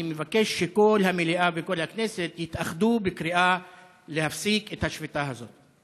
אני מבקש שכל המליאה וכל הכנסת יתאחדו בקריאה להפסיק את השביתה הזאת.